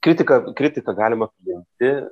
kritiką kritiką galima priimti